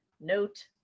Note